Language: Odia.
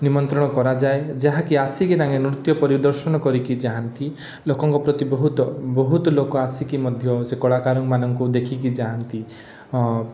ନିମନ୍ତ୍ରଣ କରାଯାଏ ଯାହା କି ଆସିକି ତାଙ୍କେ ନୃତ୍ୟ ପରିଦର୍ଶନ କରିକି ଯାଆନ୍ତି ଲୋକଙ୍କ ପ୍ରତି ବହୁତ ବହୁତ ଲୋକ ଆସିକି ମଧ୍ୟ ସେ କଳାକାରମାନଙ୍କୁ ଦେଖିକି ଯାଆନ୍ତି